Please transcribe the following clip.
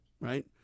right